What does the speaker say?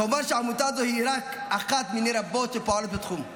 כמובן שהעמותה הזאת היא רק אחת מני רבות שפועלות בתחום,